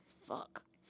Fuck